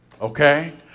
okay